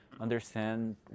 understand